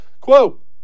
quote